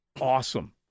awesome